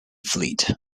fleet